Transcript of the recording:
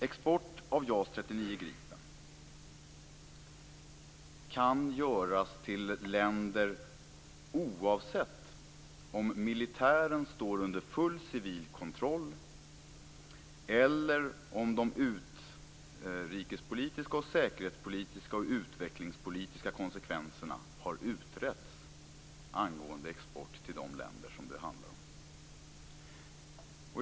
Export av JAS 39 Gripen kan göras till länder oavsett om militären står under full civil kontroll eller om de utrikespolitiska, säkerhetspolitiska och utvecklingspolitiska konsekvenserna har utretts angående export till de länder som det handlar om.